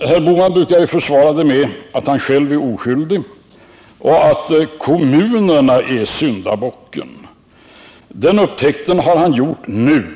Herr Bohman brukar försvara det med att han själv är oskyldig och att kommunerna är syndabocken. Den upptäckten har han gjort nu.